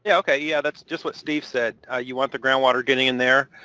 yeah okay. yeah, that's just what steve said. you want the groundwater getting in there.